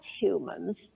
humans